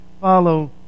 follow